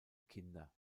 kinder